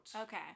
Okay